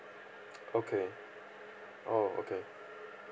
okay oh okay